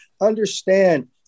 Understand